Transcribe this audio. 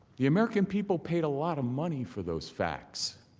the american people paid a lot of money for those facts.